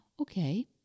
okay